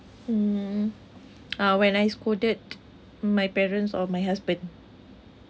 um uh when I scolded my parents or my husband